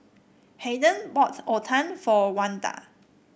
Hayden bought otah for Wanda